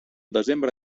desembre